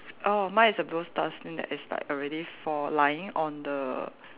oh my is a blue stars then there is like already four lying on the